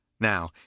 Now